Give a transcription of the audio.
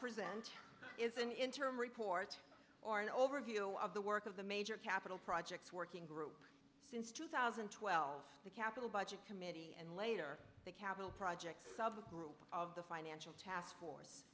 present is an interim report or an overview of the work of the major capital projects working group since two thousand and twelve the capital budget committee and later the capital projects of a group of the financial task force